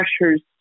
pressures